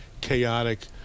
chaotic